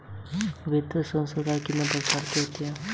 वित्तीय संस्थाएं कितने प्रकार की होती हैं?